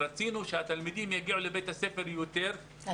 רצינו שהתלמידים יגיעו לבית הספר ליותר ימים כי